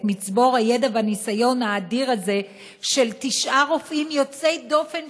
את מצבור הידע והניסיון האדיר הזה של תשעה רופאים יוצאי דופן,